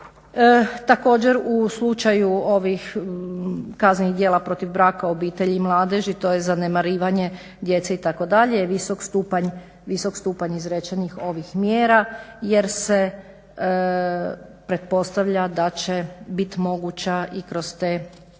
Također u slučaju ovih kaznenih djela protiv braka, obitelji i mladeži, to je zanemarivanje djece itd., visok stupanj izrečenih mjera jer se pretpostavlja da će bit moguća i kroz te kazne